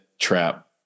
trap